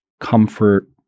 comfort